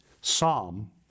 Psalm